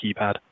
keypad